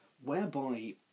whereby